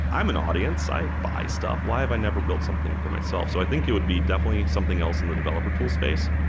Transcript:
i'm an audience. i buy stuff. why have i never built something for myself? so think it would be definitely something else in the developer tool space.